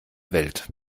welt